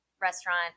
restaurant